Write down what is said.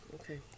Okay